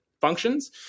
functions